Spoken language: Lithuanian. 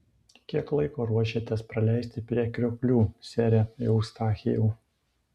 kiek laiko ruošiatės praleisti prie krioklių sere eustachijau